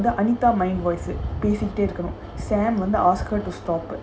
uh then anita mind voice இப்டிருக்கனும்:ipdirukanum sam want to ask her to stop it